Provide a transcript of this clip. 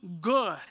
good